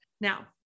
now